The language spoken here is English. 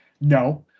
No